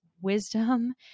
wisdom